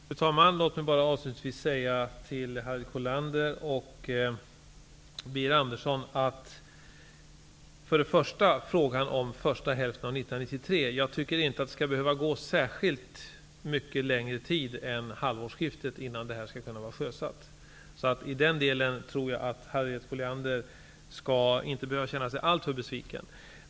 Fru talman! Harriet Colliander säger att det är viktigt att lokalradion kommer i gång under första hälften av 1993. Jag menar att det inte skall behöva dröja särskilt mycket längre än till halvårsskiftet innan det här skall kunna vara sjösatt. I den delen tror jag därför att Harriet Colliander inte skall behöva känna sig alltför besviken.